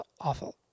awful